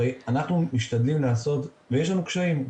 אנחנו משתדלים לעשות, ויש לנו קשיים.